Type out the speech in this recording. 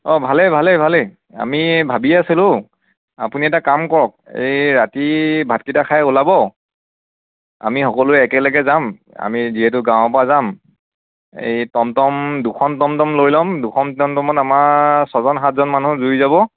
অ ভালেই ভালেই ভালেই আমি ভাবিয়েই আছিলোঁ আপুনি এটা কাম কৰক এই ৰাতি ভাতকেইটা খাই ওলাব আমি সকলোৱে একেলগে যাম আমি যিহেতু গাঁৱৰ পৰা যাম এই টমটম দুখন টমটম লৈ ল'ম দুখন টমটমত আমাৰ ছজন সাতজন মানুহ জুৰি যাব